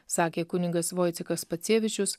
sakė kunigas voicekas pacevičius